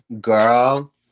Girl